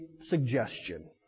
suggestion